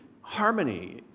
harmony